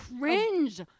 cringe